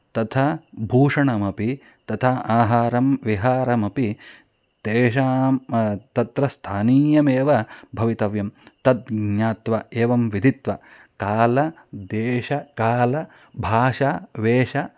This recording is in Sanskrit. तथा भूषणमपि तथा आहारं विहारमपि तेषां तत्र स्थानीयमेव भवितव्यं तद् ज्ञात्वा एवं विधित्वा कालः देशः कालः भाषा वेशः